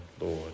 Lord